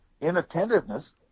inattentiveness